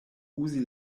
uzi